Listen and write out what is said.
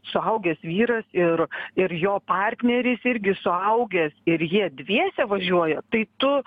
suaugęs vyras ir ir jo partneris irgi suaugęs ir jie dviese važiuoja tai tu